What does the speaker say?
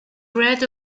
bread